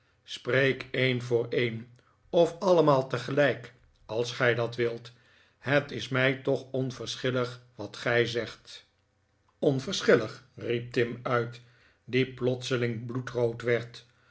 spreek een voor een of allemaal tegelijk als gij dat wilt het is mij toch onverschillig wat gij zegt onverschillig riep tim uit die plotseling bloedrood werd